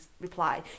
reply